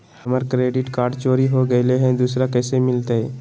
हमर credit card चोरी हो गेलय हई, दुसर कैसे मिलतई?